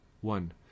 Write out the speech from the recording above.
one